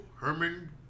Herman